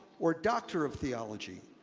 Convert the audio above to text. or doctor of theology,